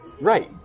right